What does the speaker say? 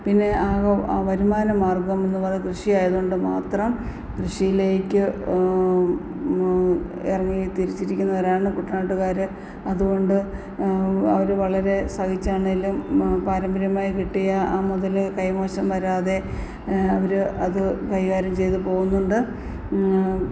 പിന്നെ ആകെ വരുമാന മാർഗ്ഗം എന്ന് പറയുന്നത് കൃഷിയായത് കൊണ്ട് മാത്രം കൃഷിയിലേക്ക് ഇറങ്ങി തിരിച്ചിരിക്കുന്നവരാണ് കുട്ടനാട്ടുകാര് അതുകൊണ്ട് അവര് വളരെ സഹിച്ചാണെങ്കിലും പാരമ്പര്യമായി കിട്ടിയ ആ മുതൽ കൈമോശം വരാതെ അവര് അത് കൈകാര്യം ചെയ്ത് പോകുന്നുണ്ട്